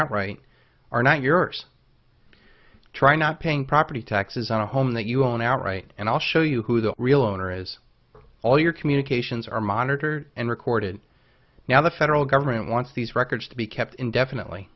and right are not yours try not paying property taxes on a home that you own outright and i'll show you who the real owner is all your communications are monitored and recorded now the federal government wants these records to be kept indefinitely